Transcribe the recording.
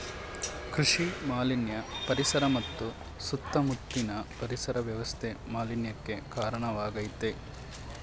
ಕೃಷಿ ಮಾಲಿನ್ಯ ಪರಿಸರ ಮತ್ತು ಸುತ್ತ ಮುತ್ಲಿನ ಪರಿಸರ ವ್ಯವಸ್ಥೆ ಮಾಲಿನ್ಯಕ್ಕೆ ಕಾರ್ಣವಾಗಾಯ್ತೆ